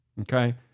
Okay